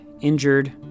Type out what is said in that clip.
injured